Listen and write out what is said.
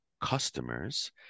customers